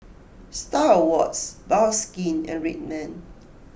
Star Awards Bioskin and Red Man